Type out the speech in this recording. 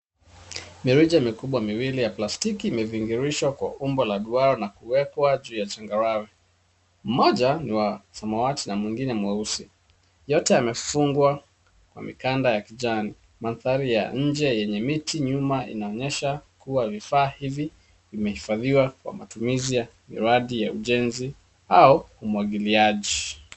Mirija mikubwa miwili ya plastiki imeviringishwa kwa umbo la duara na kuwekwa juu ya changarawi. Moja ni ya samawati na nyingine nyeusi. Vyote vimefungwa kwa mikanda ya kichani. Mandhari ya nje yenye miti nyuma inaonyesha kuwa vifaa hivi vimehifadhiwa kwa matumizi ya miradi ya ujenzi au umwagiliaju.